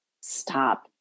stop